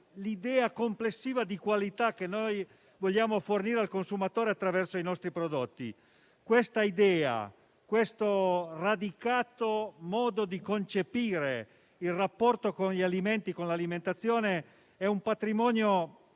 un'idea complessiva di qualità che vogliamo fornire al consumatore attraverso i nostri prodotti. Questo radicato modo di concepire il rapporto con gli alimenti e l'alimentazione è un patrimonio